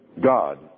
God